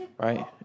Right